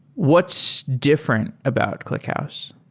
what's different about clickhouse?